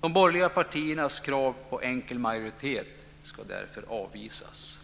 De borgerliga partiernas krav på enkel majoritet ska därför avvisas.